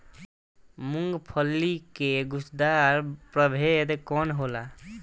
मूँगफली के गुछेदार प्रभेद कौन होला?